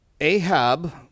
Ahab